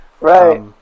right